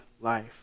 life